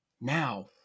Now